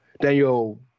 Daniel